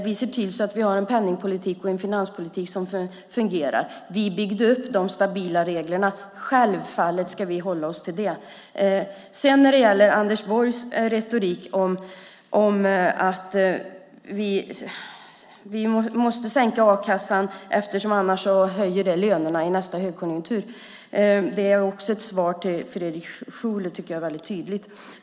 Vi ser till att vi har en penningpolitik och en finanspolitik som fungerar. Vi byggde upp de stabila reglerna. Självfallet ska vi hålla oss till dem. Anders Borgs retorik om att vi måste sänka a-kasseersättningen eftersom lönerna i nästa högkonjunktur annars ökar är på ett tydligt sätt också ett svar till Fredrik Schulte.